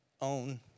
own